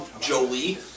Jolie